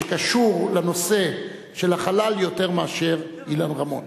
שקשור לנושא של החלל יותר מאשר אילן רמון,